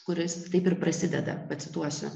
kuris taip ir prasideda pacituosiu